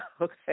Okay